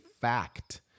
fact